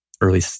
early